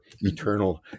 eternal